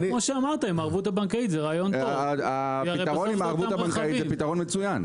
והפתרון עם הערבות הבנקאית הוא פתרון מצוין.